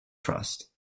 trust